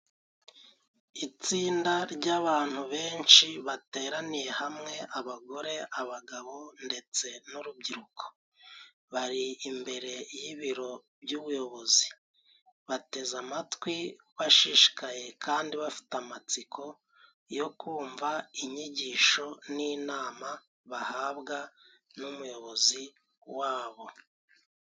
Itsinda ry'abantu benshi bateraniye hamwe abagore, abagabo ndetse n'urubyiruko. Bari imbere y'ibiro by'ubuyobozi, bateze amatwi, bashishikaye kandi bafite amatsiko yo kumva inyigisho n'inama bahabwa n'umuyobozi wabo.